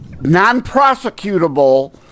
non-prosecutable